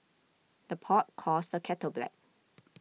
the pot calls the kettle black